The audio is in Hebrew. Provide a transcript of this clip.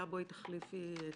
ליזי,